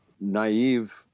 naive